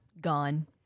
gone